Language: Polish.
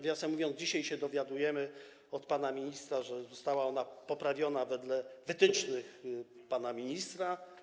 Nawiasem mówiąc, dzisiaj się dowiadujemy od pana ministra, że została ona poprawiona wedle wytycznych pana ministra.